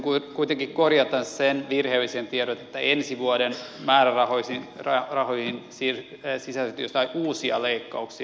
haluaisin kuitenkin korjata sen virheellisen tiedon että ensi vuoden määrärahoihin sisältyisi joitain uusia leikkauksia